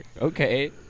Okay